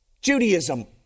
judaism